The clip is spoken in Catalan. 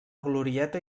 glorieta